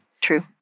True